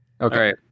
Okay